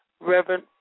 Reverend